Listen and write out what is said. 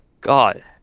god